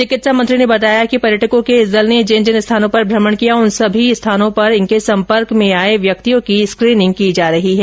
चिकित्सा मंत्री ने बताया कि पर्यटकों के इस दल ने जिन जिन स्थानों पर भ्रमण किया उन सभी स्थनों पर इनके संपर्क में आये व्यक्तियों की स्क्रीनिंग की जा रही है